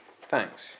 Thanks